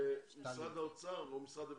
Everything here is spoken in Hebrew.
משרד האוצר או משרד הביטחון,